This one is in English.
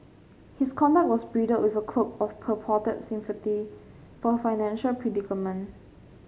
his conduct was bridled with a cloak of purported sympathy for her financial predicament